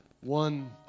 One